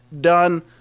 Done